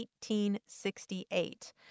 1868